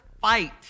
fight